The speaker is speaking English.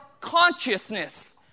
consciousness